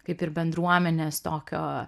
kaip ir bendruomenės tokio